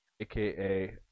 aka